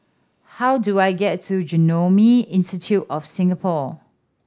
how do I get to Genome Institute of Singapore